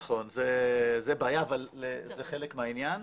נכון, זה בעיה אבל זה חלק מהעניין.